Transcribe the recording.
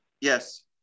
Yes